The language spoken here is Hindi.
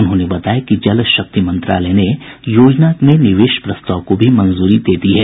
उन्होंने बताया कि जल शक्ति मंत्रालय ने योजना के निवेश प्रस्ताव को भी मंजूरी दे दी है